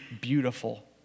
beautiful